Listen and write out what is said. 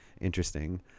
Interesting